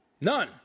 None